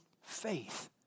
faith